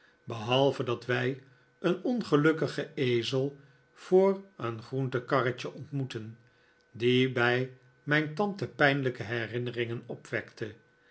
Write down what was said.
behalve dat wij een ongelukkigen ezel voor een groentekarretje ontmoetten die bij mijn tante pijnlijke herinneringen opwekte